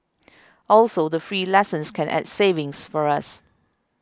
also the free lessons can add savings for us